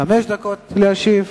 שלוש דקות להשיב.